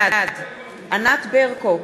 בעד ענת ברקו,